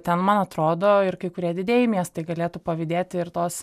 ten man atrodo ir kai kurie didieji miestai galėtų pavydėti ir tos